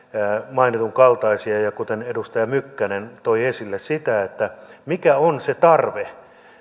mainitun kaltaisia asioita kuten edustaja mykkänen toi esille mikä on se tarve